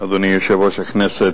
אדוני יושב-ראש הכנסת,